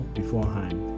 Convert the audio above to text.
beforehand